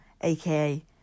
aka